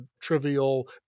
trivial